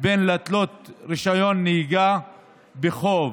לתלות רישיון נהיגה בחוב,